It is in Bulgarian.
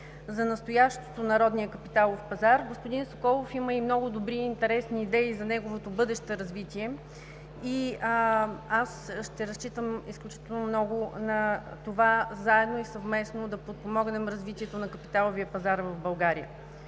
за настоящето на народния капиталов пазар господин Соколов има и много добри и интересни идеи за неговото бъдещо развитие, и аз ще разчитам изключително много на това – заедно и съвместно да подпомогнем развитието на капиталовия пазар в България.